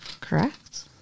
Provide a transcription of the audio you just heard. Correct